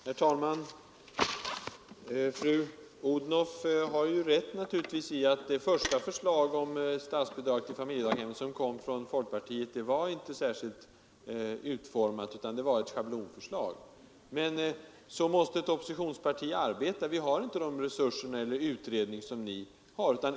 Herr talman! Fru Odhnoff har naturligtvis rätt i att det första förslag om statsbidrag till familjedaghem som framlades av folkpartiet inte var särskilt utarbetat utan var ett schablonförslag. Men så måste ett oppositionsparti arbeta. Vi har inte de utredningsresurser som ni har.